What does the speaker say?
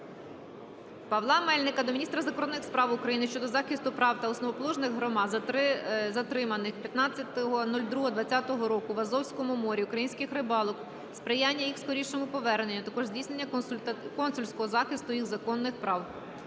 Павла Мельника до міністра закордонних справ України щодо захисту прав та основоположних свобод затриманих 15.02.2020 року в Азовському морі українських рибалок, сприяння їх скорішому поверненню, а також здійснення консульського захисту їх законних прав.